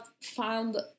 found